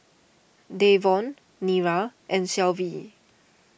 Davon Nira and Shelvie